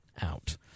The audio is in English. out